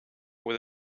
with